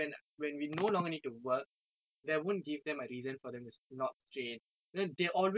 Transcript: not strain and they always like to be worked under pressure